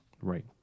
Right